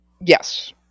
Yes